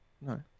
no